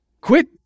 Quit